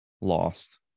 lost